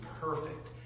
perfect